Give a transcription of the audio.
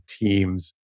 teams